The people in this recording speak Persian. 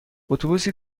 اتوبوسی